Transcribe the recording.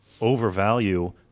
overvalue